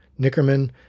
Nickerman